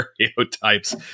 stereotypes